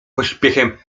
pośpiechem